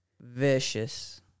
Vicious